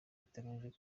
biteganijwe